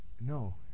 No